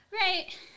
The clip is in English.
Right